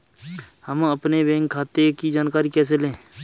हम अपने बैंक खाते की जानकारी कैसे लें?